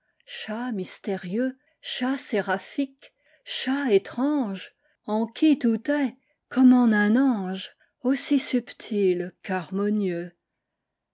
chat mystérieux chat séraphique chat étrange en qui tout est comme en un ange aussi subtil